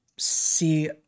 see